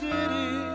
City